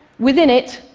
within it,